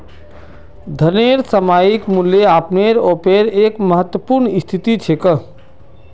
धनेर सामयिक मूल्य अपने आपेर एक महत्वपूर्ण स्थिति छेक